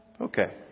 Okay